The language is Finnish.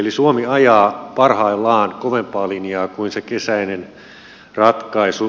eli suomi ajaa parhaillaan kovempaa linjaa kuin se kesäinen ratkaisu